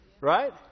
Right